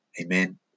Amen